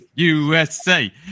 USA